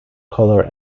color